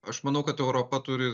aš manau kad europa turi